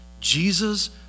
Jesus